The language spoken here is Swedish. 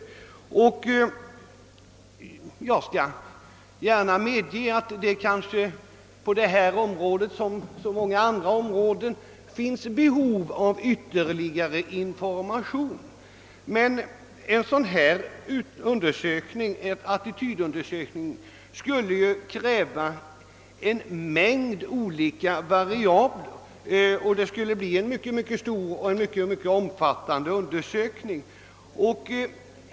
Jag skall gärna medge att det på detta som på så många andra områden kan finnas behov av ytterligare information. En attitydundersökning skulle emellertid kräva en mängd olika variabler, och den skulle därför bli mycket omfattande.